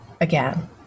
again